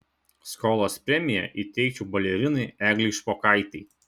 skolos premiją įteikčiau balerinai eglei špokaitei